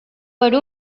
per